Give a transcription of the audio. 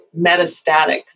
metastatic